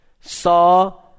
saw